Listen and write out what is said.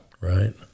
Right